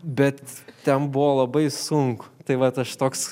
bet ten buvo labai sunku tai vat aš toks